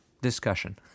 discussion